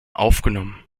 aufgenommen